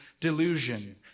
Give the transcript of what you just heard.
delusion